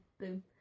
Boom